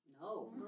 no